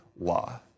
law